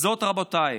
זאת, רבותיי,